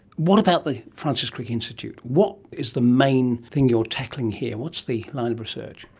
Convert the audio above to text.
what about the francis crick institute, what is the main thing you are tackling here, what's the line of research?